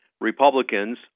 Republicans